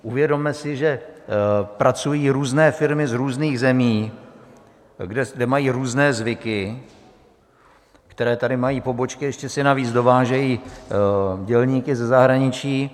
Uvědomme si, že pracují různé firmy z různých zemí, kde mají různé zvyky, které tady mají pobočky, a ještě si navíc dovážejí dělníky ze zahraničí.